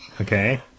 Okay